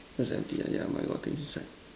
those empty ah yeah my God